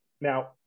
Now